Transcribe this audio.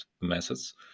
methods